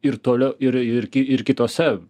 ir toliau ir ir ir kitose